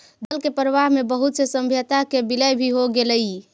जल के प्रवाह में बहुत से सभ्यता के विलय भी हो गेलई